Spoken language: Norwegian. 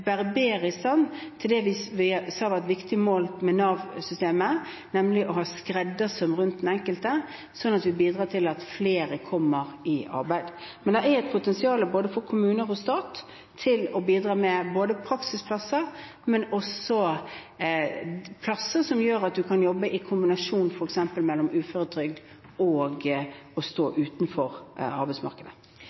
bedre i stand til å gjøre det vi sa var et viktig mål med Nav-systemet, nemlig å ha skreddersøm rundt den enkelte, sånn at vi bidrar til at flere kommer i arbeid. Men det er et potensial, både for kommuner og staten, til å bidra med både praksisplasser og plasser som gjør at man kan jobbe i kombinasjon, f.eks. mellom uføretrygd og det å stå utenfor arbeidsmarkedet.